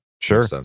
Sure